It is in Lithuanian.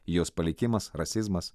jos palikimas rasizmas